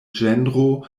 ĝenro